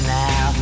now